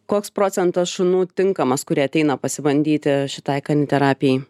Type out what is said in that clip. koks procentas šunų tinkamas kurie ateina pasibandyti šitai kaniterapijai